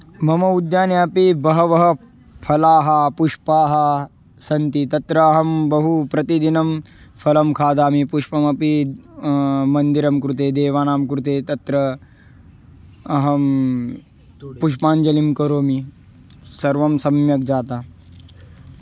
मम उद्याने अपि बहवः फलानि पुष्पाणि सन्ति तत्र अहं बहु प्रतिदिनं फलं खादामि पुष्पमपि मन्दिरं कृते देवानां कृते तत्र अहं पुष्पाञ्जलिं करोमि सर्वं सम्यक् जातं